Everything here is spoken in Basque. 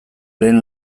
lehen